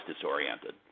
disoriented